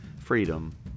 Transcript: freedom